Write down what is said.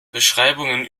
beschreibungen